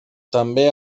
també